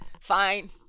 Fine